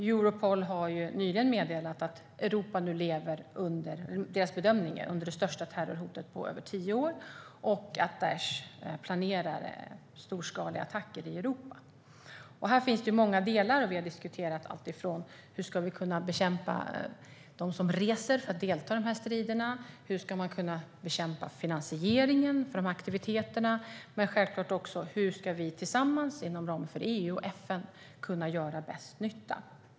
Europol har nyligen meddelat att de bedömer att Europa nu lever under det största terrorhotet på över tio år och att Daish planerar storskaliga attacker i Europa. Här finns många delar. Vi har diskuterat allt från hur vi ska kunna bekämpa dem som reser för att delta i striderna och bekämpa finansieringen av aktiviteterna till - självfallet - hur vi tillsammans inom ramen för EU och FN kan göra störst nytta.